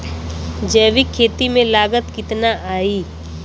जैविक खेती में लागत कितना आई?